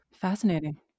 Fascinating